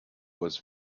was